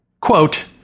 quote